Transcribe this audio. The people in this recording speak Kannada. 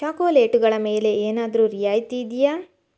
ಚಾಕೋಲೇಟುಗಳ ಮೇಲೆ ಏನಾದರೂ ರಿಯಾಯಿತಿ ಇದೆಯಾ